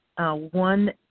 One